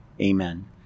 amen